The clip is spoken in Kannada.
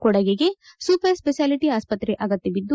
ಕೊಡಗಿಗೆ ಸೂಪರ್ ಸ್ವೆಷಾಲಿಟಿ ಆಸ್ತತ್ರೆ ಅಗತ್ಯವಿದ್ದು